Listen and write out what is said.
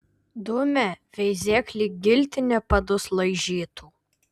dumia veizėk lyg giltinė padus laižytų